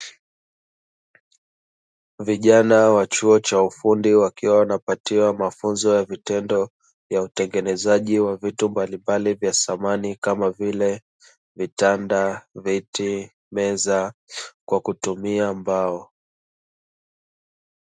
Vijana wa chuo cha ufundi, wakiwa wanapatiwa mafunzo ya vitendo ya utengenezaji wa vitu mbalimbali vya samani, kama vile: vitanda, viti, meza kwa kutumia mbao.